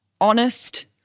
honest